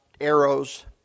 arrows